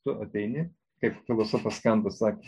tu ateini kaip filosofas kantas sakė